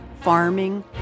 farming